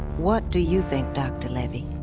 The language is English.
what do you think, doctor levy?